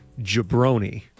jabroni